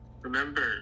Remember